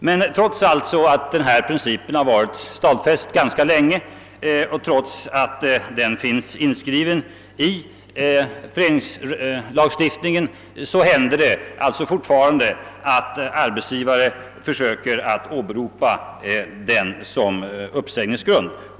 Men trots att denna princip varit stadfäst ganska länge och trots att den finns inskriven i föreningsrättslagstiftningen, händer det alltså fortfarande att arbetsgivare försöker åberopa detta som uppsägningsgrund.